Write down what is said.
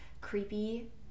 creepy